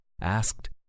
asked